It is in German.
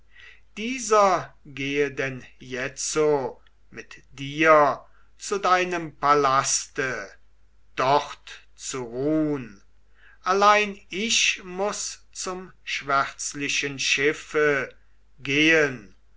dieser gehe denn jetzo mit dir zu deinem palaste dort zu ruhn allein ich muß zum schwärzlichen schiffe gehen